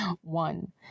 one